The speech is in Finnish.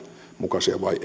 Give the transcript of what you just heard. mukaisia vai